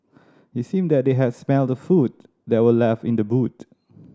it seemed that they had smelt the food that were left in the boot